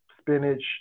spinach